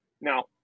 Now